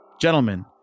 Gentlemen